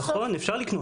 נכון, אפשר לקנות.